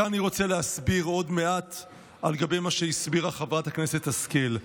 כאן אני רוצה להסביר עוד מעט על גבי מה שהסבירה חברת הכנסת השכל.